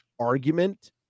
argument